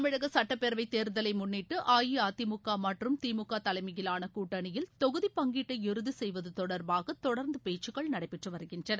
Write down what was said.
தமிழக சுட்டப்பேரவை தேர்தலை முன்னிட்டு அஇஅதிமுக மற்றும் திமுக தலைமையிலான கூட்டணியில் தொகுதிப்பங்கீட்டை இறுதி செய்வது தொடர்பாக தொடர்ந்து பேச்சுக்கள் நடைபெற்று வருகின்றன